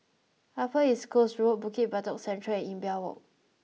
Upper East Coast Road Bukit Batok Central and Imbiah Walk